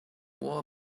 war